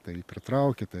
tai pritrauki tai